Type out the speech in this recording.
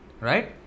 Right